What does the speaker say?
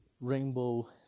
Rainbow